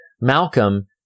Malcolm